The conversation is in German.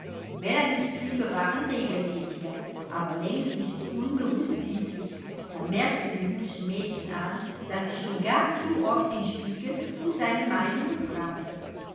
melanies züge waren regelmäßiger aber längst nicht so unbewußt lieblich man merkte dem hübschen mädchen an daß sie schon gar zu oft den spiegel um seine meinung befragte